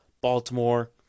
Baltimore